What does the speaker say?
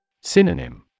Synonym